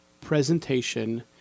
presentation